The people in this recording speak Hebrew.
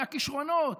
מהכישרונות,